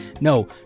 No